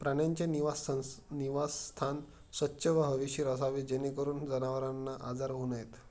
प्राण्यांचे निवासस्थान स्वच्छ व हवेशीर असावे जेणेकरून जनावरांना आजार होऊ नयेत